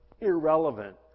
irrelevant